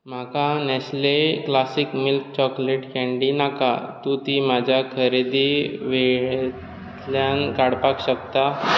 म्हाका Nestle classic milk chocolate candy नाका तूं ती म्हज्या खरेदी वेळेरेंतल्यान काडपाक शकता